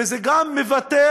וזה גם מבטא